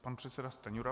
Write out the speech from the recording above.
Pan předseda Stanjura.